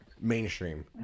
mainstream